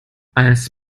als